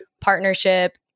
partnership